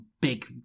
big